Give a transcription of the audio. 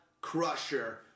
crusher